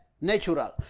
natural